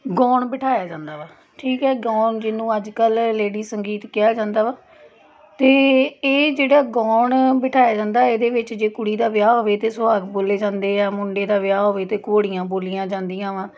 ਗੋਣ ਬਿਠਾਇਆ ਜਾਂਦਾ ਵਾ ਠੀਕ ਹੈ ਗੋਣ ਜਿਹਨੂੰ ਅੱਜ ਕੱਲ੍ਹ ਲੇਡੀ ਸੰਗੀਤ ਕਿਹਾ ਜਾਂਦਾ ਵਾ ਅਤੇ ਇਹ ਜਿਹੜਾ ਗੋਣ ਬਿਠਾਇਆ ਜਾਂਦਾ ਇਹਦੇ ਵਿੱਚ ਜੇ ਕੁੜੀ ਦਾ ਵਿਆਹ ਹੋਵੇ ਤਾਂ ਸੁਹਾਗ ਬੋਲੇ ਜਾਂਦੇ ਆ ਮੁੰਡੇ ਦਾ ਵਿਆਹ ਹੋਵੇ ਤਾਂ ਘੋੜੀਆਂ ਬੋਲੀਆਂ ਜਾਂਦੀਆਂ ਵਾ